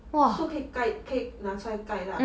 so 可以盖可以拿出来盖啦